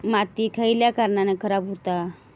माती खयल्या कारणान खराब हुता?